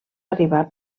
arribar